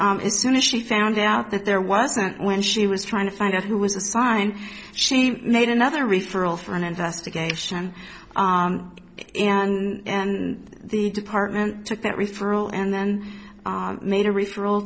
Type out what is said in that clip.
as she found out that there wasn't when she was trying to find out who was assigned she made another referral for an investigation and the department took that referral and then made a referral